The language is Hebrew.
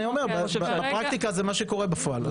אבל אני אומר, בפרקטיקה זה מה שקורה בפועל.